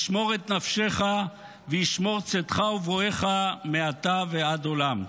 ישמור את נפשך, וישמור צאתך ובואך מעתה ועד עולם.